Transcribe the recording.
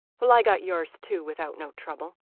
well, i got yours, too, without no trouble.